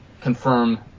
confirm